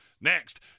Next